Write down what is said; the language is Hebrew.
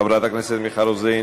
חברת הכנסת מיכל רוזין,